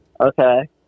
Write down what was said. Okay